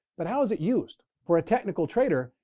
but how is it used? for a technical trader,